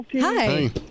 Hi